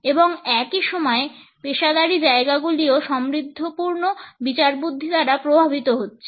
এবং একই সময়ে পেশাদারী জায়গাগুলিও সমৃদ্ধপূর্ণ বিচারবুদ্ধি দ্বারা প্রভাবিত হচ্ছে